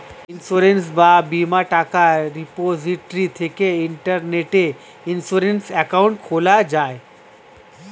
insurance বা বীমার টাকা রিপোজিটরি থেকে ইন্টারনেটে ইন্সুরেন্স অ্যাকাউন্ট খোলা যায়